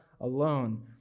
alone